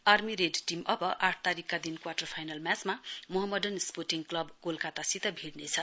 army red team अब आठ तारीकका दिन क्वाटर फाइनल म्याचमा मोहम्मदन स्पोर्टिङ क्लब कोलकत्तासित भिड्नेछ